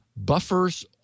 buffers